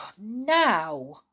Now